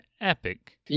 epic